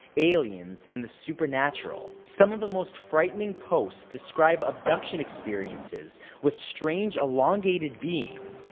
aliens, and the supernatural. some of the most frightening posts describe abduction experiences, with strange elongated beings,